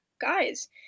guys